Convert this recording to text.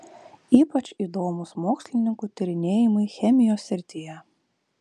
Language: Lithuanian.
ypač įdomūs mokslininkų tyrinėjimai chemijos srityje